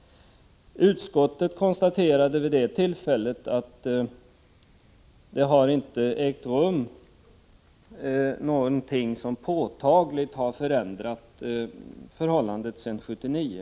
Kyrkolagutskottet konstaterade vid det tillfället att ingenting har ägt rum som påtagligt ändrat förhållandena sedan 1979.